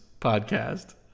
podcast